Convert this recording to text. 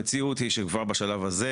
המציאות היא שכבר בשלב הזה